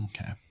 Okay